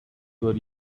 were